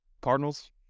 Cardinals